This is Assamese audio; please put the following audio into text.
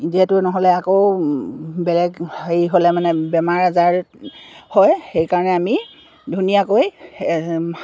এতিয়াতো নহ'লে আকৌ বেলেগ হেৰি হ'লে মানে বেমাৰ আজাৰ হয় সেইকাৰণে আমি ধুনীয়াকৈ